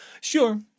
Sure